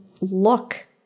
look